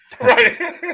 Right